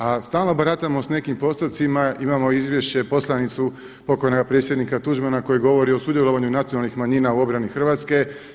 A stalno baratamo s nekim postotcima, imamo izvješće poslanicu pokojnoga predsjednika Tuđmana koji govori o sudjelovanju nacionalnih manjina u obrani Hrvatske.